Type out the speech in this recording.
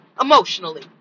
emotionally